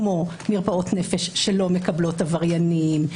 כמו: מרפאות נפש שלא מקבלות עבריינים,